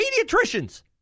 Pediatricians